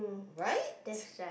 right